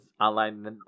online